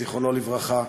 זיכרונו לברכה,